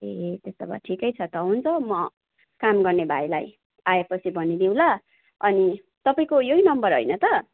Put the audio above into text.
ए त्यसो भए ठिकै छ त हुन्छ म काम गर्ने भाइलाई आएपछि भनिदिउँला अनि तपाईँको यही नम्बर होइन त